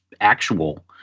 actual